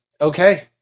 okay